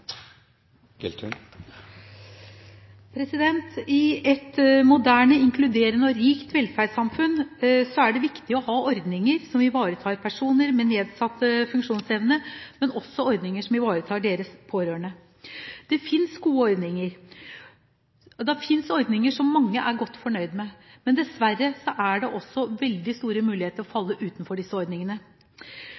det viktig å ha ordninger som ivaretar personer med nedsatt funksjonsevne, men også ordninger som ivaretar deres pårørende. Det finnes gode ordninger, og det finnes ordninger som mange er godt fornøyd med. Med dessverre er det også veldig store muligheter for å